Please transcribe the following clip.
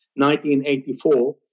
1984